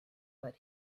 but